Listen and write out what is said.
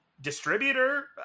distributor